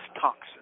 toxin